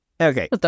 Okay